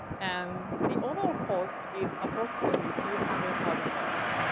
and the overall cost is approximately two hundred thousand dollars.